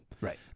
Right